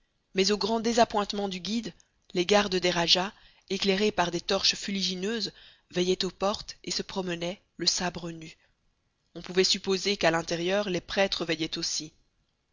mais au grand désappointement du guide les gardes des rajahs éclairés par des torches fuligineuses veillaient aux portes et se promenaient le sabre nu on pouvait supposer qu'à l'intérieur les prêtres veillaient aussi